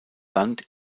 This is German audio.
land